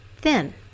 thin